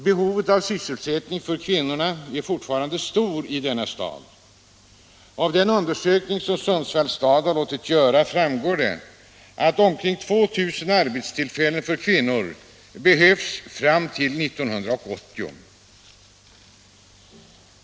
Behovet av sysselsättning för kvinnor är fortfarande stort i denna stad. Av en undersökning som Sundsvalls kommun låtit göra framgår att omkring 2000 arbetstillfällen för kvinnor behövs fram till år 1980.